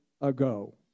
ago